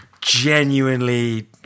Genuinely